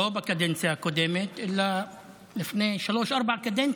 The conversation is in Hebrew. לא בקדנציה הקודמת אלא לפני שלוש או ארבע קדנציות.